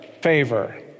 favor